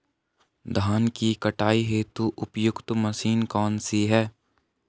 धान की कटाई हेतु उपयुक्त मशीन कौनसी है?